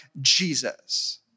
Jesus